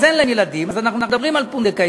אז אין להם ילדים, אז אנחנו מדברים על פונדקאית.